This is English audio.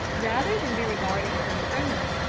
rather than be regarded as unfriendly,